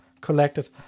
collected